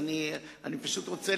אני פשוט רוצה,